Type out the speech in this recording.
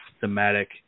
thematic